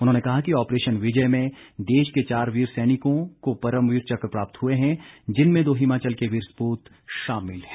उन्होंने कहा कि ऑपरेशन विजय में देश के चार वीर सैनिकों को परमवीर चक प्राप्त हुए हैं जिनमें दो हिमाचल के वीर सपूत शामिल हैं